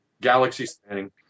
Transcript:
galaxy-spanning